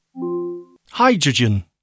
Hydrogen